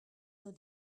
nos